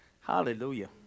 Hallelujah